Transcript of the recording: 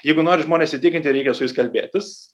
jeigu nori žmones įtikinti reikia su jais kalbėtis